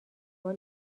بار